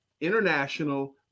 international